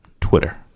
Twitter